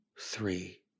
three